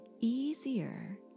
easier